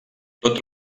tot